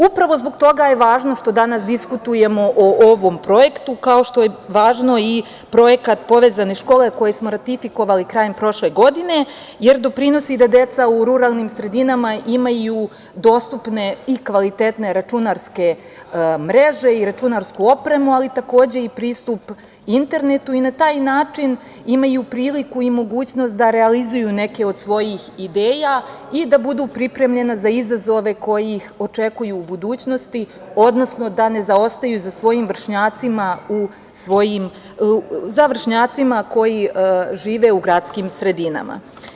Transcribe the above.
Upravo zbog toga je važno što danas diskutujemo o ovom projektu, kao što je važno i Projekat „Povezane škole“, koji smo ratifikovali krajem prošle godine, jer doprinosi da deca u ruralnim sredinama imaju dostupne i kvalitetne računarske mreže i računarsku opremu, ali takođe i pristup internetu i na taj način imaju priliku i mogućnost da realizuju neke od svojih ideja i da budu pripremljena za izazove koji ih očekuju u budućnosti, odnosno da ne zaostaju za svojim vršnjacima koji žive u gradskim sredinama.